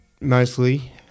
mostly